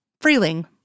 Freeling